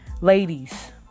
ladies